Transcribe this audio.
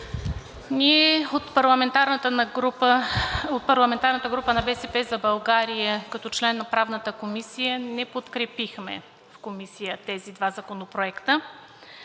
Ние от парламентарната група на „БСП за България“ като член на Правната комисия не подкрепихме в Комисията тези два законопроекта